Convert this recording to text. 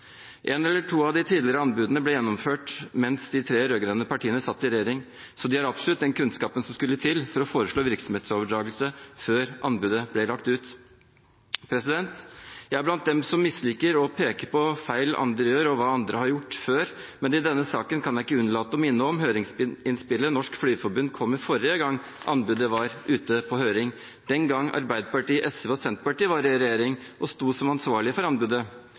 eller to av de tidligere anbudene ble gjennomført mens de tre rød-grønne partiene satt i regjering, så de hadde absolutt den kunnskapen som skulle til for å foreslå virksomhetsoverdragelse før anbudet ble lagt ut. Jeg er blant dem som misliker å peke på feil andre gjør, og hva andre har gjort før, men i denne saken kan jeg ikke unnlate å minne om høringsinnspillet Norsk Flygerforbund kom med forrige gang anbudet var ute på høring, den gang Arbeiderpartiet, SV og Senterpartiet var i regjering og sto som ansvarlige for anbudet.